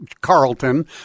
Carlton